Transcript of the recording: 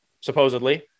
supposedly